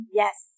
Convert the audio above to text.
yes